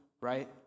right